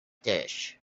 dish